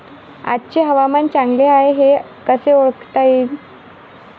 आजचे हवामान चांगले हाये हे कसे ओळखता येईन?